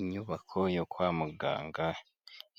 Inyubako yo kwa muganga